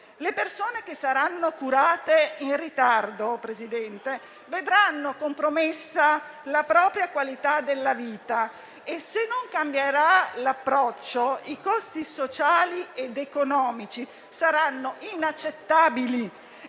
le persone che saranno curate in ritardo vedranno compromessa la loro qualità di vita e, se non cambierà l'approccio, i costi sociali ed economici saranno inaccettabili